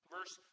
Verse